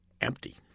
empty